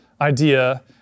idea